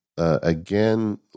Again